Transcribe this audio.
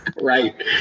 right